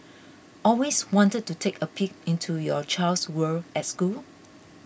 always wanted to take a peek into your child's world at school